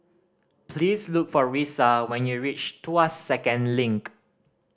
please look for Risa when you reach Tuas Second Link